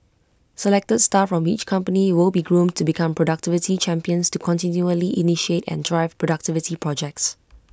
selected staff from each company will be groomed to become productivity champions to continually initiate and drive productivity projects